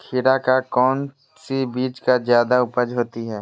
खीरा का कौन सी बीज का जयादा उपज होती है?